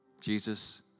Jesus